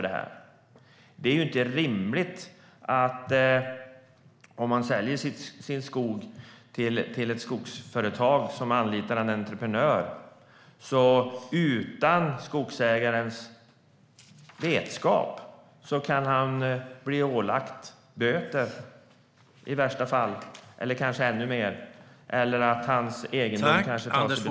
Det är inte rimligt att en skogsägare som säljer sin skog till ett skogsföretag som utan skogsägarens vetskap anlitar en entreprenör kan bli ålagd böter eller kanske ännu mer.